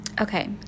okay